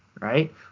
right